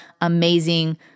amazing